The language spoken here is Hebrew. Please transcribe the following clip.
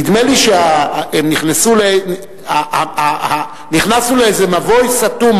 נדמה לי שנכנסנו לאיזה מבוי סתום,